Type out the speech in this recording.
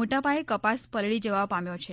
મોટા પાયે કપાસ પલળી જવા પામ્યો છે